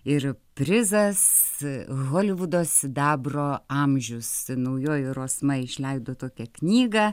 ir prizas holivudo sidabro amžius naujoji rosma išleido tokią knygą